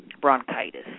bronchitis